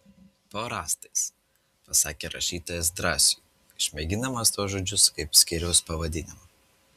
po rąstais pasakė rašytojas drąsiui išmėgindamas tuos žodžius kaip skyriaus pavadinimą